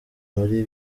muri